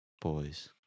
boys